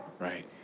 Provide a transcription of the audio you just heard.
right